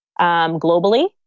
globally